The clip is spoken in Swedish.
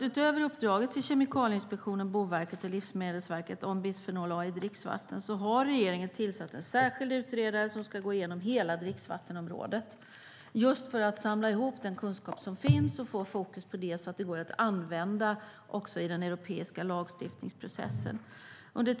Utöver uppdraget till Kemikalieinspektionen, Boverket och Livsmedelsverket om bisfenol A i dricksvatten har regeringen tillsatt en särskild utredare som ska gå igenom hela dricksvattenområdet för att samla ihop den kunskap som finns och sätta fokus på det så att det går att använda också i den europeiska lagstiftningsprocessen.